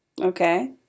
okay